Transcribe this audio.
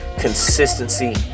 consistency